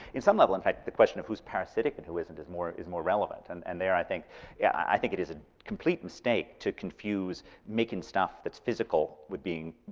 some level, in fact, the question of who's parasitic and who isn't is more is more relevant. and and there, i think yeah i think it is a complete mistake to confuse making stuff that's physical with being,